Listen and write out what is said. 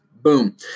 Boom